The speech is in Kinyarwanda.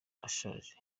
ashaje